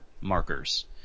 markers